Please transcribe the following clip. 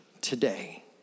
today